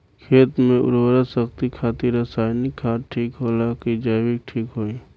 खेत के उरवरा शक्ति खातिर रसायानिक खाद ठीक होला कि जैविक़ ठीक होई?